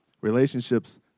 Relationships